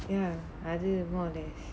ya அது:athu more less